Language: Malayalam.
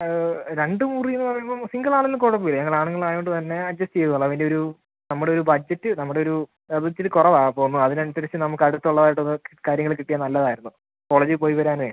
രണ്ട് മുറീന്ന് പറയുമ്പം സിംഗിളാണേൽ കുഴപ്പമില്ല ഞങ്ങളാണുങ്ങളായോണ്ട് തന്നെ അഡ്ജസ്റ്റ ചെയ്തോളാം വലിയൊരു നമ്മുടൊരു ബഡ്ജറ്റ് നമ്മുടൊരു അതിച്ചിരി കുറവാണ് അപ്പൊന്ന് അതിനനുസരിച്ച് നമുക്കടുത്തുള്ളതായിട്ടൊരു കാര്യങ്ങൾ കിട്ടിയാൽ നല്ലതായിരുന്നു കോളേജിൽ പോയി വരാനേ